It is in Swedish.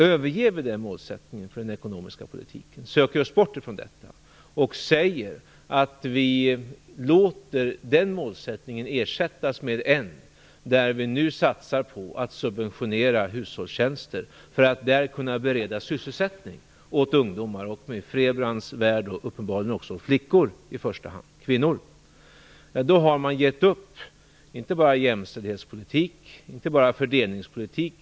Överger vi den målsättningen för den ekonomiska politiken, söker vi oss bort från den målsättningen och låter den ersättas med en satsning på att subventionera hushållstjänster för att kunna bereda sysselsättning åt ungdomar i Frebrans värld uppenbarligen i första hand åt flickor och kvinnor då har vi gett upp, inte bara i fråga om jämställdhets och fördelningspolitik.